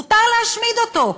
מותר להשמיד אותו.